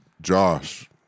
Josh